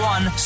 One